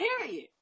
Period